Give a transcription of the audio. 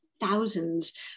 thousands